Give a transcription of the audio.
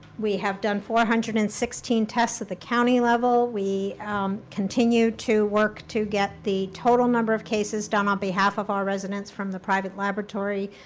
we have done four hundred and sixteen tests at the county level. we continue to work to get the total number of cases done on behalf of our residents from the private laboratory.